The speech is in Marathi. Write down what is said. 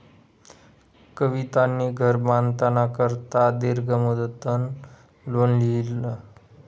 कवितानी घर बांधाना करता दीर्घ मुदतनं लोन ल्हिनं